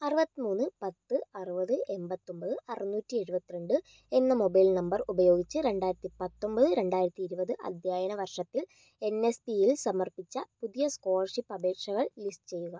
അറുപത്തിമൂന്ന് പത്ത് അറുപത് എൺപത്തൊമ്പത് അറുന്നൂറ്റി എഴുപത്തിരണ്ട് എന്ന മൊബൈൽ നമ്പർ ഉപയോഗിച്ച് രണ്ടായിരത്തി പത്തൊമ്പത് രണ്ടായിരത്തി ഇരുപത് അധ്യയന വർഷത്തിൽ എൻ എസ് പിയിൽ സമർപ്പിച്ച പുതിയ സ്കോളർഷിപ്പ് അപേക്ഷകൾ ലിസ്റ്റ് ചെയ്യുക